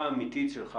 מה התשובה האמיתית שלך,